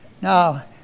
Now